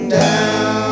down